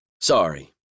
Sorry